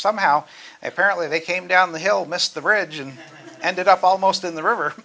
somehow apparently they came down the hill missed the bridge and ended up almost in the river